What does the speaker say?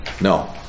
No